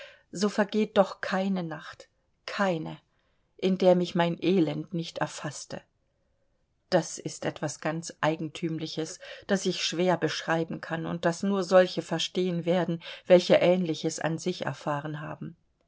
so vergeht doch keine nacht keine in der mich mein elend nicht erfaßte das ist etwas ganz eigentümliches das ich schwer beschreiben kann und das nur solche verstehen werden welche ähnliches an sich erfahren haben